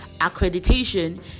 accreditation